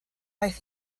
aeth